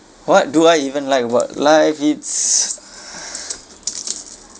what do I even like about life it's